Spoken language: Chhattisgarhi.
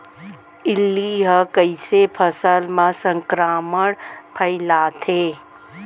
इल्ली ह कइसे फसल म संक्रमण फइलाथे?